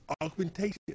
augmentation